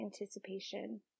anticipation